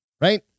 right